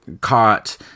caught